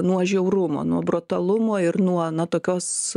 nuo žiaurumo nuo brutalumo ir nuo na tokios